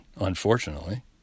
unfortunately